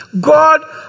God